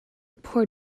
poor